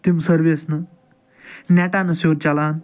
تِم سٔروِس نہٕ نیٚٹہ نہٕ سیٛود چلان